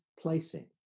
placing